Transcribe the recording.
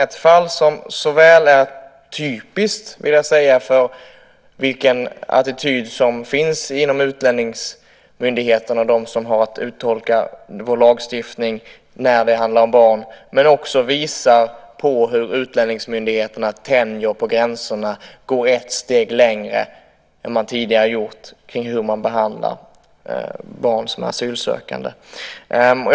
Det gäller ett fall som är typiskt för vilken attityd som finns inom utlänningsmyndigheterna och bland dem som har att uttolka vår lagstiftning när det handlar om barn men som också visar på hur utlänningsmyndigheterna tänjer på gränserna och går ett steg längre än vad man tidigare gjort vid behandling av asylsökande barn.